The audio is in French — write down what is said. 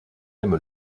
aime